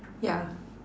ya